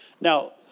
Now